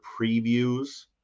previews